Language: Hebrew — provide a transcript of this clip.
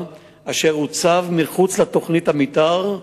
רצוני לשאול: 1. האם נכון הדבר?